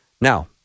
Now